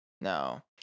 no